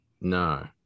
No